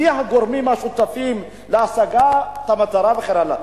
מי הגורמים השותפים להשגת המטרה וכן הלאה.